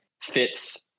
fits